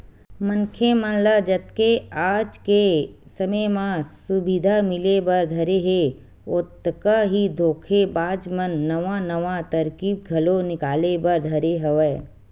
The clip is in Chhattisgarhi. मनखे मन ल जतके आज के समे म सुबिधा मिले बर धरे हे ओतका ही धोखेबाज मन नवा नवा तरकीब घलो निकाले बर धरे हवय